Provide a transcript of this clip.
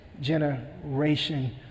generation